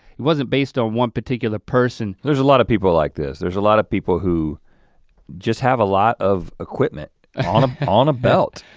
it wasn't based on one particular person. there's a lot of people like this, there's a lot of people who just have a lot of equipment on a belt.